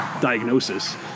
diagnosis